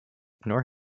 nor